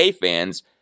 fans